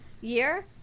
year